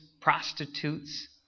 prostitutes